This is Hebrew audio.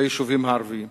ביישובים הערביים.